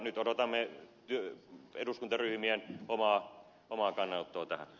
nyt odotamme eduskuntaryhmien omaa kannanottoa tähän